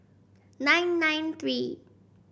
nine nine three